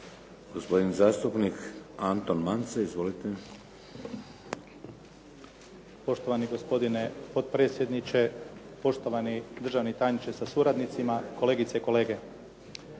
Gospodin zastupnik Anton Mance. Izvolite. **Mance, Anton (HDZ)** Poštovani gospodine potpredsjedniče, poštovani državni tajniče sa suradnicima, kolegice i kolege.